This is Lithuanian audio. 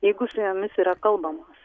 jeigu su jomis yra kalbamas